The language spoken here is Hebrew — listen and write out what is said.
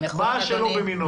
מין שאינו במינו.